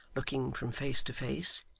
looking from face to face,